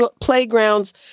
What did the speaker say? playgrounds